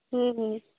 ᱦᱩᱸ ᱦᱩᱸ